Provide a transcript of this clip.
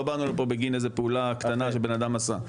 לא באנו לכאן בגין איזו פעולה קטנה שבן אדם עשה.